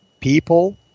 people